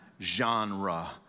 genre